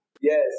yes